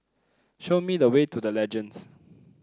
show me the way to The Legends